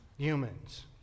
Humans